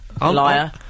Liar